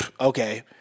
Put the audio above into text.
Okay